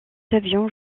avion